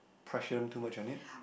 pressure them too much on it